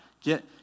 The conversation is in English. Get